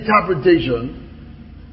interpretation